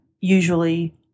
usually